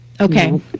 okay